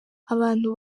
abantu